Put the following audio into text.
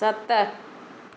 सत